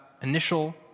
initial